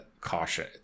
caution